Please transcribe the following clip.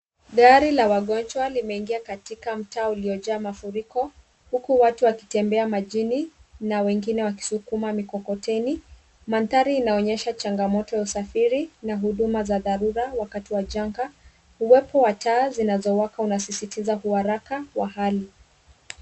Gari la wagonjwa limeingia katika mtaa uliojaa mafuriko huku watu wakitembea majini na wengine wakisukuma mikokoteni. Mandhari inaonyesha changamoto ya usafiri na huduma za dharura wakati wa janga. Uwepo wa taa zinazowaka unasisitiza uharaka wa hali.